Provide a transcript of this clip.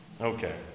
Okay